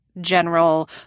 general